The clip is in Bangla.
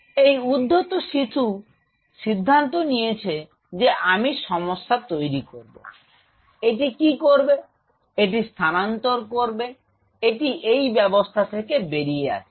এই উদ্ধত শিশু সিদ্ধান্ত নিয়েছে যে আমি সমস্যা তৈরি করব এটি কী করবে এটি স্থানান্তর করবে এটি এই ব্যবস্থা থেকে বেরিয়ে আসবে